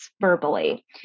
verbally